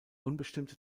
unbestimmte